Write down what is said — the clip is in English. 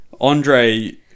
Andre